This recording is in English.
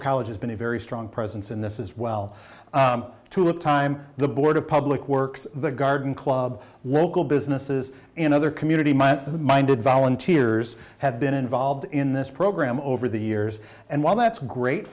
college has been a very strong presence in this is well to time the board of public works the garden club local businesses in other community minded volunteers have been involved in this program over the years and while that's great